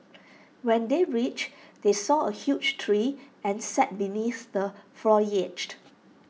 when they reached they saw A huge tree and sat beneath the foliage